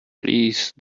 please